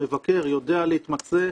המבקר יודע להתמצא,